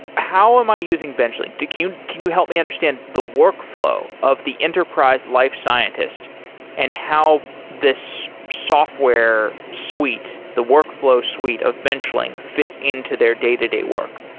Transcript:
how am i using benchling? can can you help me understand the workflow of the enterprise life scientist and how this software suite, the workflow suite of benchling fits into their day-to-day work?